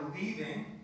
leaving